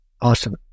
Awesome